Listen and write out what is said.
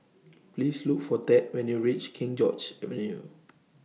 Please Look For Thad when YOU REACH King George's Avenue